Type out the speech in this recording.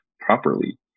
properly